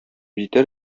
җитәр